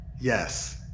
Yes